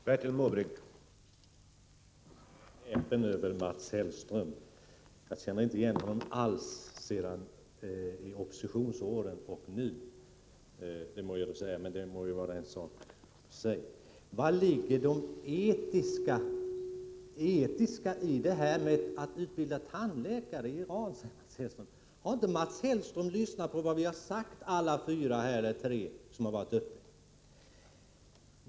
Herr talman! Jag är häpen över Mats Hellström. Jag känner inte igen honom sedan oppositionsåren. Vari ligger det etiska i att utbilda iranska tandläkare? frågar Mats Hellström. Har inte Mats Hellström lyssnat till vad vi har sagt, alla vi fyra som varit uppe i talarstolen?